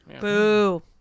Boo